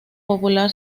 popular